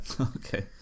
Okay